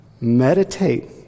Meditate